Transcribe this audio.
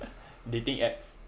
dating apps